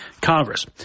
Congress